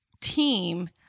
team